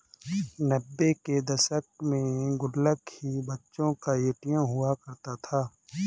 नब्बे के दशक में गुल्लक ही बच्चों का ए.टी.एम हुआ करता था